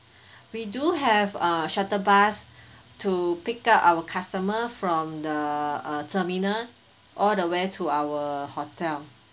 we do have a shuttle bus to pick up our customer from the uh terminal all the way to our hotel